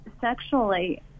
sexually